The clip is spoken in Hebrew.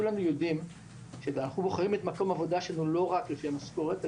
כולנו יודעים שאנחנו בוחרים את מקום העבודה שלנו לא רק לפי המשכורת,